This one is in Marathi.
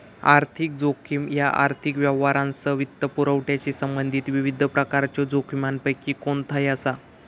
आर्थिक जोखीम ह्या आर्थिक व्यवहारांसह वित्तपुरवठ्याशी संबंधित विविध प्रकारच्यो जोखमींपैकी कोणताही असा